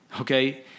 okay